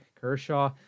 Kershaw